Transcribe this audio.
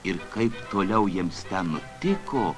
ir kaip toliau jiems ten nutiko